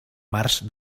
març